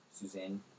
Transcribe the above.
Suzanne